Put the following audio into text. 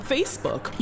Facebook